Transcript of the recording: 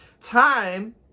time